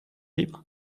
libre